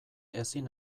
ezin